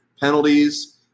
Penalties